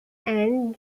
and